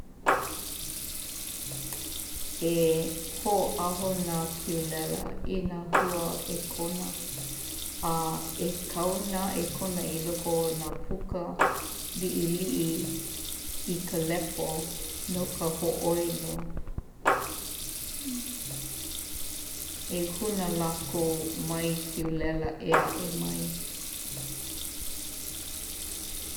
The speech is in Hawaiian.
E ho'āhu nā kiulela i nā hua 'ēkona a e kau nā 'ēkona i loko o nā puka li'ili'i i ka lepo no ka ho'oilo. E ho'ohūnā lākou mai kiulela ea'e mai.